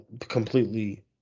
completely